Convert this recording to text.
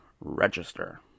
register